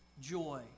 joy